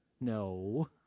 No